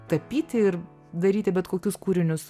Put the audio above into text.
tapyti ir daryti bet kokius kūrinius